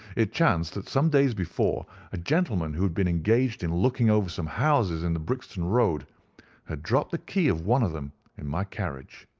it chanced that some days before a gentleman who had been engaged in looking over some houses in the brixton road had dropped the key of one of them in my carriage.